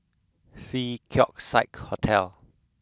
The Keong Saik Hotel